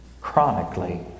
chronically